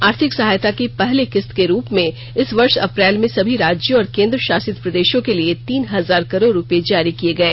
आर्थिक सहायता की पहली किस्त के रूप में इस वर्ष अप्रैल में सभी राज्यों और केन्द्र शासित प्रदेशों के लिए तीन हजार करोड़ रूपये जारी किए गए